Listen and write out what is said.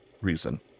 reason